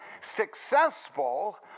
successful